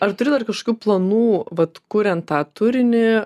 ar turi dar kažkokių planų vat kuriant tą turinį